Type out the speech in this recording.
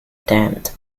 damned